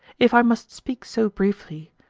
if i must speak so briefly,